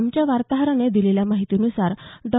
आमच्या वार्ताहरानं दिलेल्या माहितीनुसार डॉ